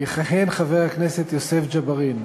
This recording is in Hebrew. יכהן חבר הכנסת יוסף ג'בארין,